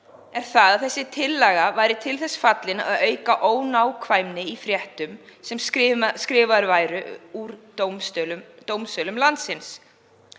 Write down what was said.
er að þessi tillaga væri til þess fallin að auka ónákvæmni í fréttum sem skrifaðar væru úr dómsölum landsins.